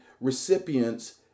recipients